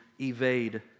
evade